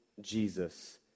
Jesus